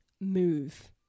move